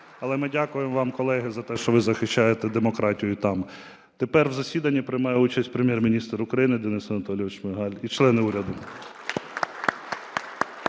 але ми дякуємо вам, колеги, за те, що ви захищаєте демократію і там. Тепер, в засіданні приймає участь Прем'єр-міністр України Денис Анатолійович Шмигаль і члени уряду.